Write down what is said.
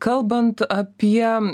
kalbant apie